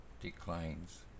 declines